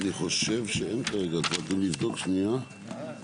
עוד לא סיימנו לדבר על הנושא של הוועדות